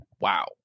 wow